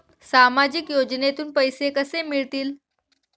सामाजिक योजनेतून पैसे कसे मिळतील?